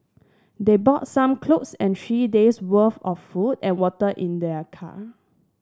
they bought some clothes and three days worth of food and water in their car